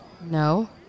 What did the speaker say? No